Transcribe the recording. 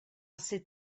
sut